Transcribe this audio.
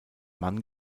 mann